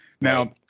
Now